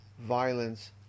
violence